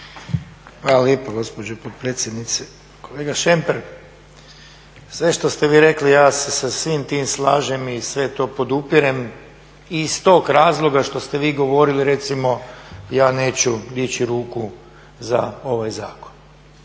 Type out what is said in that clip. Hvala lijepo gospođo potpredsjednice. Kolega Šemper, sve što ste vi rekli ja se sa svim tim slažem i sve to podupirem i iz tog razloga što ste vi govorili recimo ja neću dići ruku za ovaj zakon.